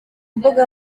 mbuga